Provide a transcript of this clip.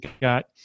got